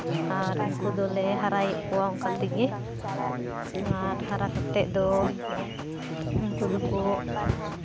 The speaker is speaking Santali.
ᱟᱨ ᱩᱱᱠᱩ ᱫᱚᱞᱮ ᱦᱟᱨᱟᱭᱮᱫ ᱠᱚᱣᱟ ᱚᱱᱠᱟ ᱚᱱᱠᱟ ᱛᱮᱜᱮ ᱟᱨ ᱦᱟᱨᱟ ᱠᱟᱛᱮᱫ ᱫᱚ ᱩᱱᱠᱩ ᱫᱚᱠᱚ